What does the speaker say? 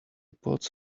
pods